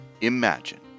Imagine